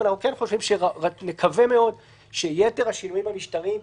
אבל נקווה מאוד שיתר השינויים המשטריים,